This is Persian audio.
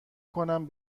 کنم